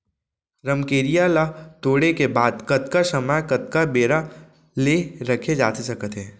रमकेरिया ला तोड़े के बाद कतका समय कतका बेरा ले रखे जाथे सकत हे?